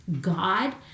God